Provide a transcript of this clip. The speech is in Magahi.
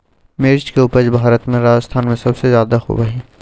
मिर्च के उपज भारत में राजस्थान में सबसे ज्यादा होबा हई